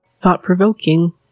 thought-provoking